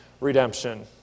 redemption